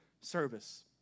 service